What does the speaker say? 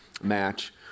match